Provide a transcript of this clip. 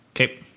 Okay